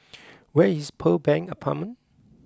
where is Pearl Bank Apartment